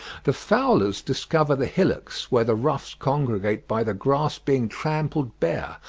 the fowlers discover the hillocks where the ruffs congregate by the grass being trampled bare,